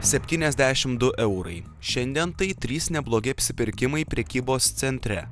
septyniasdešim du eurai šiandien tai trys neblogi apsipirkimai prekybos centre